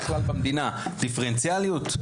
דיפרנציאליות?